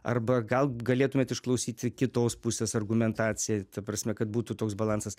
arba gal galėtumėt išklausyti kitos pusės argumentaciją ta prasme kad būtų toks balansas